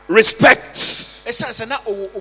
respect